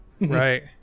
right